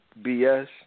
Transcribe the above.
BS